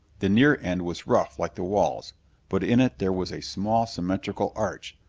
the near end was rough like the walls but in it there was a small, symmetrical arch,